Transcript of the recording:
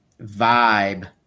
vibe